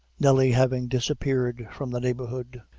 nelly having disappeared from the neighborhood.